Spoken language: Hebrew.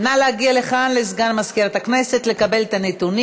נא להגיע לכאן לסגן מזכירת הכנסת לקבל את הנתונים.